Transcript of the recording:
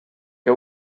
que